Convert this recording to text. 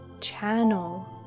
channel